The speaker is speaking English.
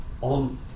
on